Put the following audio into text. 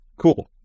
cool